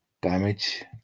damage